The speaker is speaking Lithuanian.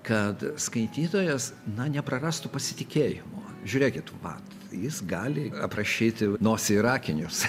kad skaitytojas na neprarastų pasitikėjimo žiūrėkit vat jis gali aprašyti nosį ir akinius